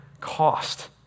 cost